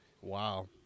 Wow